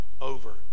over